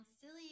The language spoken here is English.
silly